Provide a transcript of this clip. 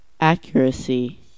accuracy